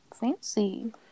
Fancy